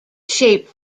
shape